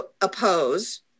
oppose